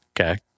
Okay